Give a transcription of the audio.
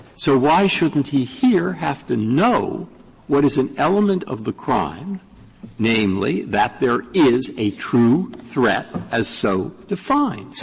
so why shouldn't he, here, have to know what is an element of the crime namely, that there is a true threat as so defined?